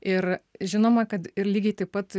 ir žinoma kad ir lygiai taip pat